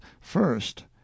first